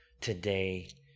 today